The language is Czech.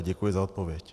Děkuji za odpověď.